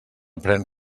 pren